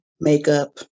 makeup